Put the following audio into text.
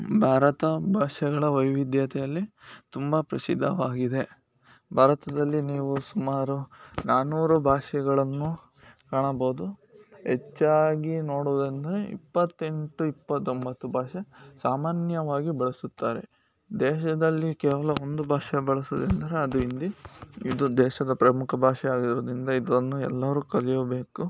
ಭಾರತ ಭಾಷೆಗಳ ವೈವಿಧ್ಯತೆಯಲ್ಲಿ ತುಂಬ ಪ್ರಸಿದ್ಧವಾಗಿದೆ ಭಾರತದಲ್ಲಿ ನೀವು ಸುಮಾರು ನಾನೂರು ಭಾಷೆಗಳನ್ನು ಕಾಣಬೌದು ಹೆಚ್ಚಾಗಿ ನೋಡುವುದಂದರೆ ಇಪ್ಪತ್ತೆಂಟು ಇಪ್ಪತ್ತೊಂಬತ್ತು ಭಾಷೆ ಸಾಮಾನ್ಯವಾಗಿ ಬಳಸುತ್ತಾರೆ ದೇಶದಲ್ಲಿ ಕೇವಲ ಒಂದು ಭಾಷೆ ಬಳಸುವುದೆಂದರೆ ಅದು ಹಿಂದಿ ಇದು ದೇಶದ ಪ್ರಮುಖ ಭಾಷೆ ಆಗಿರುವುದ್ರಿಂದ ಇದನ್ನು ಎಲ್ಲರೂ ಕಲಿಯಬೇಕು